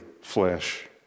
flesh